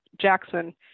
Jackson